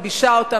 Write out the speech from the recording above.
מלבישה אותם,